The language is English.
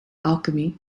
alchemy